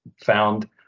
found